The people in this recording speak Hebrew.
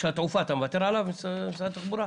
תן לו לאוקטובר.